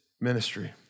ministry